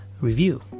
review